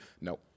No